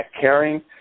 caring